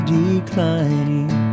declining